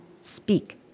speak